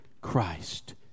Christ